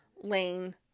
lane